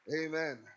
Amen